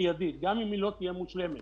גם אם היא לא תהיה מושלמת.